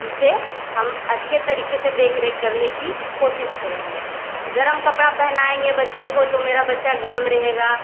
उसे हम अच्छे तरीके से देख रेख करने की कोशिश करेंगे गर्म कपड़ा पहनाएंगे बच्चे को तो मेरा बच्चा गर्म रहेगा